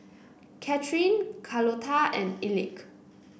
Kathryn Carlota and Elick